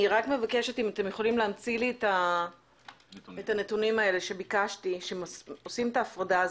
אני מבקשת אם תוכלו להמציא לי את הנתונים שביקשתי שעושים את ההפרדה הזו,